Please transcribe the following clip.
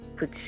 put